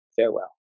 Farewell